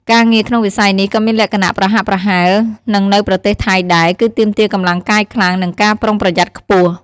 ការងារក្នុងវិស័យនេះក៏មានលក្ខណៈប្រហាក់ប្រហែលនឹងនៅប្រទេសថៃដែរ គឺទាមទារកម្លាំងកាយខ្លាំង និងការប្រុងប្រយ័ត្នខ្ពស់ ។